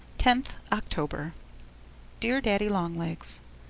tenth october dear daddy-long-legs,